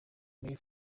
marie